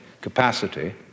capacity